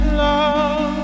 love